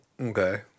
Okay